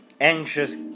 Anxious